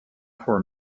for